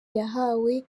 yahawe